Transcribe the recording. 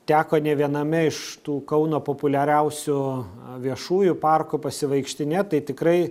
teko ne viename iš tų kauno populiariausių viešųjų parkų pasivaikštinėt tai tikrai